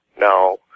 Now